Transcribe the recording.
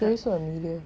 谁是 amelia